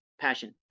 passion